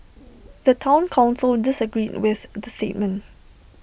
the Town Council disagreed with the statement